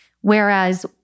Whereas